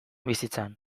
bizitzan